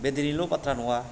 बे दिनैनिल' बाथ्रा नङा